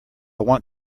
want